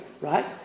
right